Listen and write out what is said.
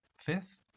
fifth